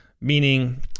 Meaning